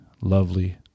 lovely